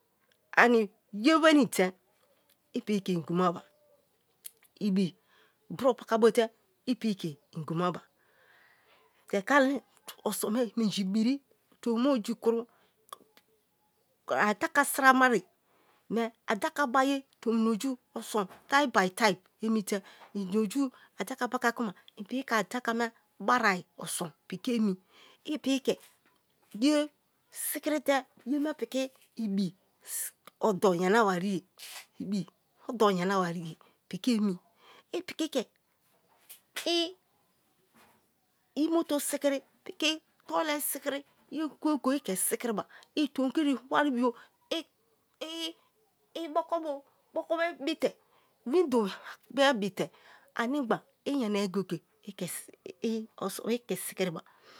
Ani ye wenii te i piki ke inguma ba ibi bro pakabote i piki ke ingumaba oson me minji biri tomi ma oju kunu. adaka siramare me adaka baye oson type by type emite ina oju adaka paka kuma ike adaka me barai oson piki eni i piki ke ye sikiri ye me piki ibi odur yanawarie piki emi i piki ke motor sikiri piki toilet sikiri ye goye-goye i ke sikiriba tomikiri wari bio boko bo bite, window bio bite anigba iyanaye goye-goye i ke sikiriba